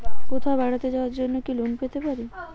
কোথাও বেড়াতে যাওয়ার জন্য কি লোন পেতে পারি?